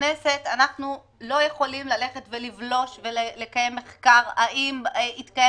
אנחנו לא יכולים ללכת ולבלוש ולקיים מחקר האם התקיים